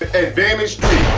advantage